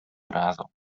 urazą